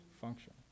function